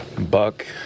Buck